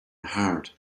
hard